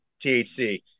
THC